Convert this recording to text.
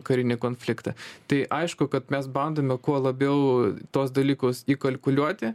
karinį konfliktą tai aišku kad mes bandome kuo labiau tuos dalykus įkalkuliuoti